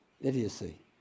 idiocy